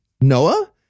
Noah